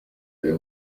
uyu